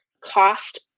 cost